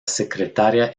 secretaria